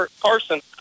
Carson